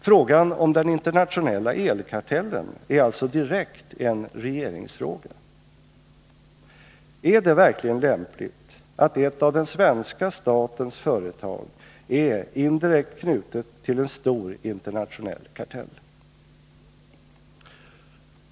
Frågan om den internationella elkartellen är alltså direkt en regeringsfråga: Är det verkligen lämpligt att ett av den svenska statens företag är indirekt knutet till en stor internationell kartell?